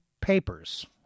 Papers